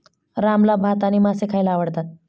रामला भात आणि मासे खायला आवडतात